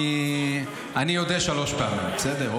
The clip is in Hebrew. אני אודה שלוש פעמים, בסדר?